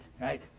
right